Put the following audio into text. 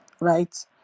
right